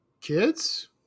Kids